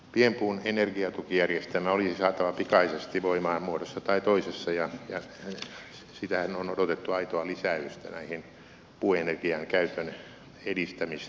pienpuun energiatukijärjestelmä olisi saatava pikaisesti voimaan muodossa tai toisessa ja siitähän on odotettu aitoa lisäystä näihin puuenergian käytön edistämismäärärahoihin